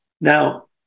Now